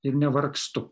ir nevargstu